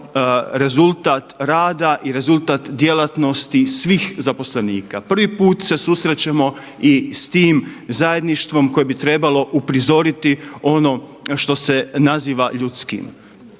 rezultat rada i rezultat djelatnosti svih zaposlenika. Prvi put se susrećemo i s tim zajedništvom koje bi trebalo uprizoriti ono što se naziva ljudskim.